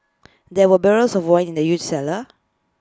there were barrels of wine in the huge cellar